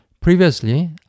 Previously